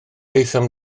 aethom